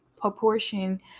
proportion